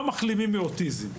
לא מחלימים מאוטיזם.